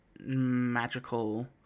magical